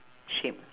shape